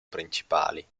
principali